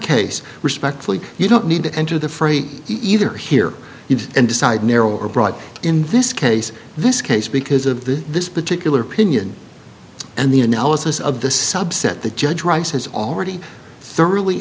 case respectfully you don't need to enter the fray either here and decide near or broad in this case this case because of the this particular pinion and the analysis of the subset the judge rice has already thoroughly